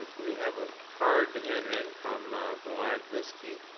we have a card to hand in from vlad viski,